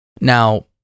Now